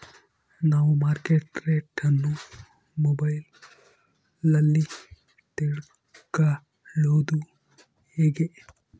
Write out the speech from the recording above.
ನಾವು market rate ಅನ್ನು ಮೊಬೈಲಲ್ಲಿ ತಿಳ್ಕಳೋದು ಹೇಗೆ?